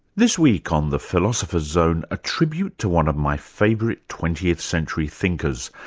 this week on the philosopher's zone, a tribute to one of my favourite twentieth century thinkers,